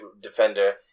defender